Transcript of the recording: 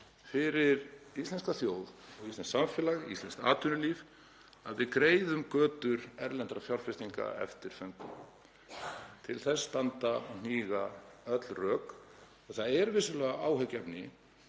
fyrir íslenska þjóð og íslenskt samfélag, íslenskt atvinnulíf, að við greiðum götu erlendra fjárfestinga eftir föngum. Til þess hníga öll rök. Það er vissulega áhyggjuefni,